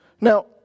Now